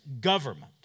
government